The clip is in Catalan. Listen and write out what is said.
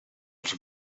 els